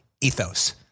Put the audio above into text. ethos